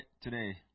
today